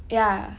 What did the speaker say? ya